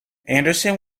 anderson